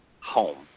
home